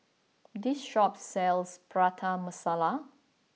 this shop sells Prata Masala